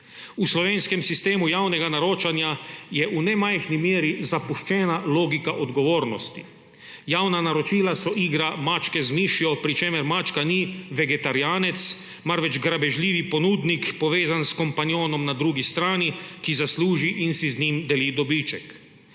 V slovenskem sistemu javnega naročanja je v nemajhni meri zapuščena logika odgovornosti. Javna naročila so igra mačke z mišjo, pri čemer mačka ni vegetarijanec, marveč grabežljivi ponudnik, povezan s kompanjonom na drugi strani, ki zasluži in si z njim deli dobiček.